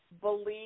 believe